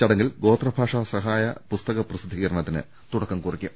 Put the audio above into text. ചടങ്ങിൽ ഗോത്രഭാഷാ സഹായ പുസ്തക പ്രസിദ്ധീകരണത്തിന് തുടക്കം കുറിക്കും